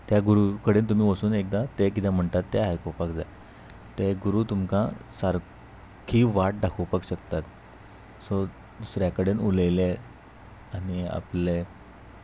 त्या गुरू कडेन तुमी वचून एकदां ते किदें म्हणटात ते आयकोपाक जाय ते गुरू तुमकां सारकी वाट दाखोवपाक शकतात सो दुसऱ्या कडेन उलयले आनी आपले